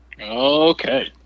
Okay